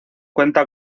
cuenta